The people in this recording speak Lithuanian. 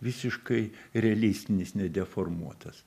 visiškai realistinis nedeformuotas